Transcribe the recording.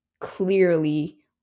clearly